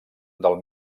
del